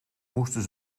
moesten